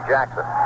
Jackson